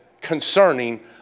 concerning